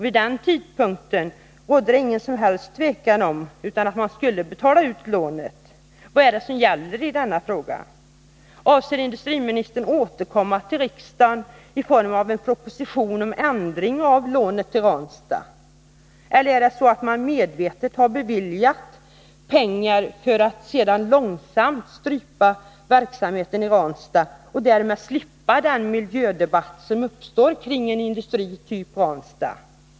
Vid den tidpunkten rådde det ingen som helst tvekan om att man skulle betala ut lånet. Vad är det som gäller i denna fråga? Avser industriministern att återkomma till riksdagen med en proposition om ändring av lånet till Ranstad? Eller är det så att man medvetet har beviljat 128 milj.kr. för att långsamt strypa verksamheten i Ranstad och därmed slippa den miljödebatt som uppstår kring en industri typ Ranstad?